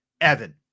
Evan